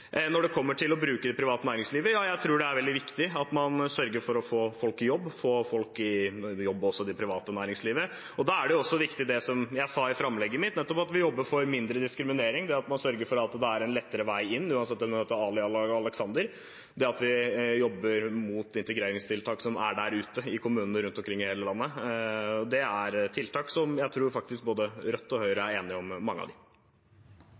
Når det gjelder å bruke det private næringslivet, tror jeg det er veldig viktig at man sørger for å få folk i jobb, også i det private næringslivet. Da er det viktig, som jeg sa i framlegget mitt, at vi jobber for mindre diskriminering, at man sørger for at det er en lettere vei inn, uansett om man heter Ali eller Aleksander, og at vi jobber opp mot de integreringstiltakene som er ute i kommunene, rundt omkring i hele landet. Mange av disse er tiltak som jeg tror både Rødt og Høyre er enige om. Replikkordskiftet er ferdig. Den store utfordringen er å inkludere innvandrere i det store fellesskapet fra starten av.